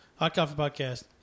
hotcoffeepodcast